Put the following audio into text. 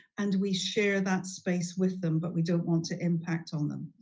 and we share that space with them, but we don't want to impact on them.